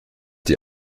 die